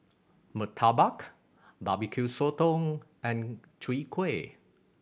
murtabak Barbecue Sotong and Chwee Kueh